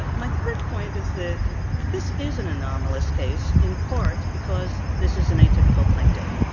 ah my third point is that this is an anomalous case in part because this is an atypical plaintiff.